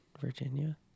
virginia